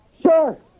Sure